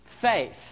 Faith